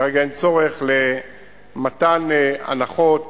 כרגע אין צורך, למתן הנחות